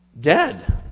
dead